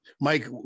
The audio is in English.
Mike